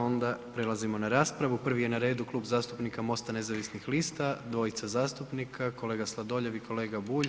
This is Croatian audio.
Onda prelazimo na raspravu, prvi je na redu Klub zastupnika MOST-a nezavisnih lista, dvojica zastupnika kolega Sladoljev i kolega Bulj.